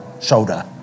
shoulder